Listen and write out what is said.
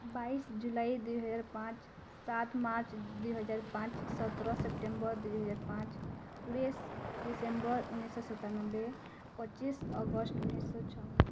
ବାଇଶ ଜୁଲାଇ ଦୁଇ ହଜାର ପାଞ୍ଚ ସାତ ମାର୍ଚ୍ଚ ଦୁଇ ହଜାର ପାଞ୍ଚ ସତର ସେପ୍ଟେମ୍ବର ଦୁଇ ହଜାର ପାଞ୍ଚ କୋଡ଼ିଏ ଡିସେମ୍ବର ଉଣେଇଶ ଶତାନବେ ପଚିଶ ଅଗଷ୍ଟ ଉଣେଇଶ ଛଅ